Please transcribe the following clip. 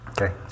okay